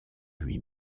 lui